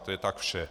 To je tak vše.